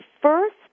first